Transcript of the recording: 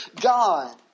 God